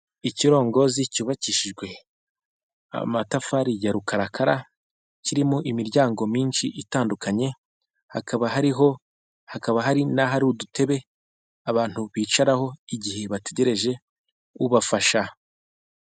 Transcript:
Ikirongozi cyubakishijwe amatafari ya rukarakara kirimo imiryango myinshi itandukanye hakaba hariho n'ahari udutebe abantu bicaraho igihe bategereje ubafasha.